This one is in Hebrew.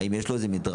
האם יש לו איזה מדרג,